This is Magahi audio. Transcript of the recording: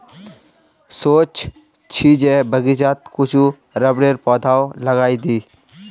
सोच छि जे बगीचात कुछू रबरेर पौधाओ लगइ दी